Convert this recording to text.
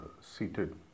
seated